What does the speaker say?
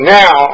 now